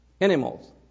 animal's